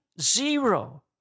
zero